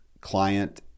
client